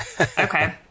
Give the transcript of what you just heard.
Okay